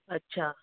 अछा